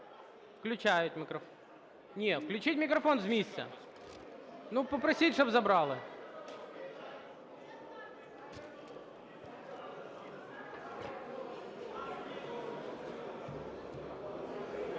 включіть мікрофон з місця. Ну, попросіть, щоб забрали.